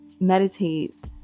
meditate